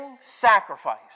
sacrifice